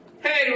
Hey